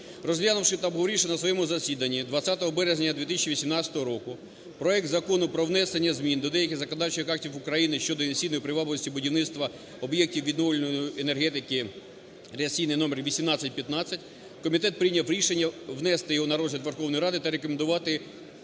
Розглянувши та обговоривши на своєму засіданні 20 березня 2018 року проект Закону про внесення змін до деяких законодавчих актів України (щодо інвестиційної привабливості будівництва об'єктів відновлювальної енергетики) (реєстраційний номер 1815), комітет прийняв рішення внести його на розгляд Верховної Ради та рекомендувати